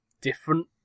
different